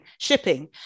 shipping